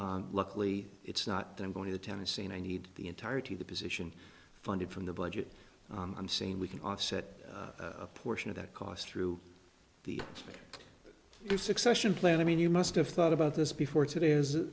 luckily it's not that i'm going to tennessee and i need the entirety of the position funded from the budget on scene we can offset a portion of that cost through the succession plan i mean you must have thought about this before today is i